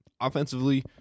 Offensively